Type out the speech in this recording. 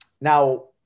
Now